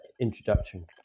introduction